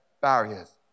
barriers